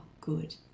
good